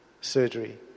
surgery